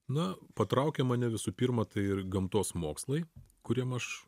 na patraukė mane visų pirma tai ir gamtos mokslai kuriem aš